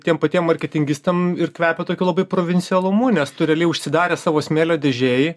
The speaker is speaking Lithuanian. tiem patiem marketingistam ir kvepia tokiu labai provincialumu nes tu realiai užsidaręs savo smėlio dėžėj